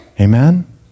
Amen